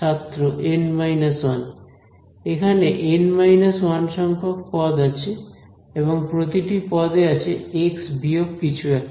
ছাত্র N 1 এখানে N 1 সংখ্যক পদ আছে এবং প্রতিটি পদে আছে এক্স বিয়োগ কিছু একটা